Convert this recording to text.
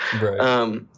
Right